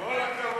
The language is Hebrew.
כל הכבוד,